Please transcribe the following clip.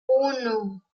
uno